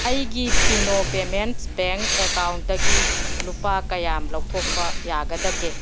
ꯑꯩꯒꯤ Fino payments bank ꯑꯦꯀꯥꯎꯟꯇꯒꯤ ꯂꯨꯄꯥ ꯀꯌꯥꯝ ꯂꯧꯊꯣꯛꯄ ꯌꯥꯒꯗꯒꯦ